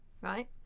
right